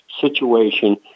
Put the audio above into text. situation